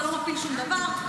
זה לא מפיל שום דבר.